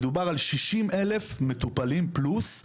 מדובר ב-60 אלף מטופלים פלוס,